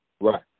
Right